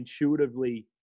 intuitively